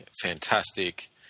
fantastic